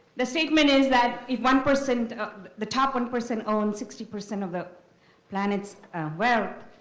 the statement is that if one percent of, the top one percent owns sixty percent of the planet's wealth,